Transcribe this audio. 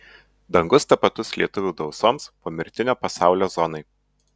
dangus tapatus lietuvių dausoms pomirtinio pasaulio zonai